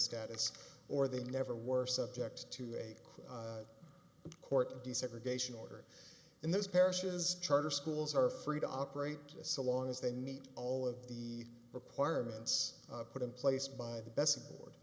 status or they never were subject to a court desegregation order and those parishes charter schools are free to operate so long as they meet all of the requirements put in place by the best